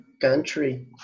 country